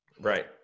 Right